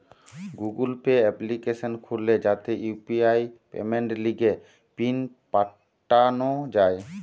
Google Pay application খুলে যাতে UPI পেমেন্টের লিগে পিন পাল্টানো যায়